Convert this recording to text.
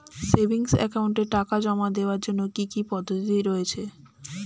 Savings একাউন্টে টাকা জমা দেওয়ার জন্য কি কি পদ্ধতি রয়েছে?